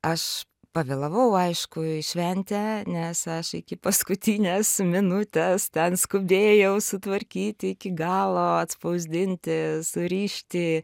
aš pavėlavau aišku į šventę nes aš iki paskutinės minutės ten skubėjau sutvarkyti iki galo atspausdinti surišti